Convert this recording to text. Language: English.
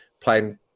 playing